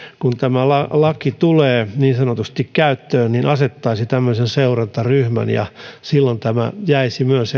kun tämä laki tulee niin sanotusti käyttöön asettaisi tämmöisen seurantaryhmän ja silloin tämä jäisi myös